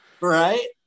Right